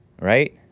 right